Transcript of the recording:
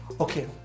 Okay